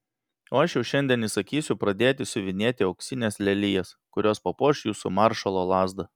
o aš jau šiandien įsakysiu pradėti siuvinėti auksines lelijas kurios papuoš jūsų maršalo lazdą